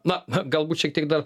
na a galbūt šiek tiek dar